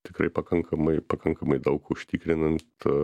tikrai pakankamai pakankamai daug užtikrinant